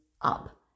up